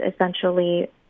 essentially